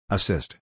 Assist